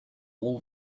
all